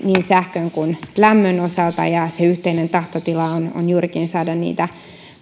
niin sähkön kuin lämmön osalta ja se yhteinen tahtotila on on juurikin saada